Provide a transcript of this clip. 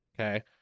okay